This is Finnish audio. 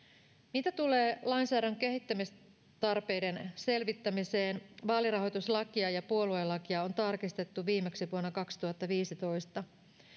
mitä tulee lainsäädännön kehittämistarpeiden selvittämiseen vaalirahoituslakia ja puoluelakia on tarkistettu viimeksi vuonna kaksituhattaviisitoista